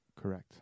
Correct